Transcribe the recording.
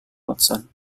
watson